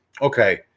okay